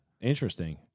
Interesting